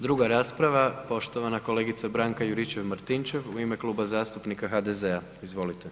Druga rasprava, poštovana kolegica Branka Juričev-Martinčev u ime Kluba zastupnika HDZ-a, izvolite.